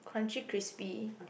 crunchy crispy